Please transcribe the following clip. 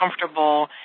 comfortable